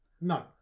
No